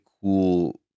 cool